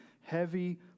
heavy